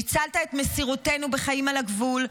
ניצלת את מסירותנו בחיים על הגבול,